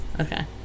Okay